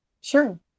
sure